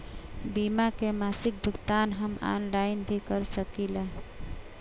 बीमा के मासिक भुगतान हम ऑनलाइन भी कर सकीला?